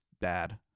bad